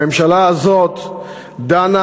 הממשלה הזאת דנה